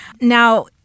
Now